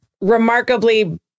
remarkably